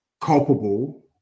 culpable